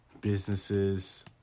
businesses